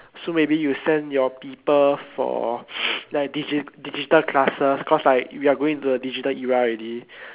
so maybe you send your people for like digit~ digital classes cause like we are going into the digital era already